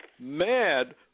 mad